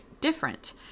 different